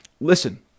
Listen